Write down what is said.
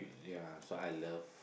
ya so I love